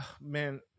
man